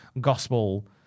gospel